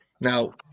Now